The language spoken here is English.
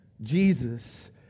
Jesus